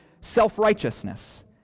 self-righteousness